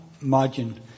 margin